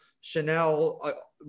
Chanel